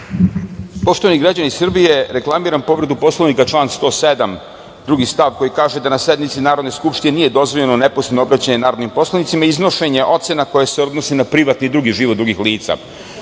Poštovani građani Srbije, reklamiram povredu Poslovnika, član 107. stav 2. koji kaže da na sednici Narodne skupštine nije dozvoljeno neposredno obraćanje narodnim poslanicima, iznošenje ocena koje se odnose na privatni i drugi život drugih lica. Tako